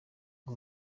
ngo